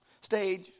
stage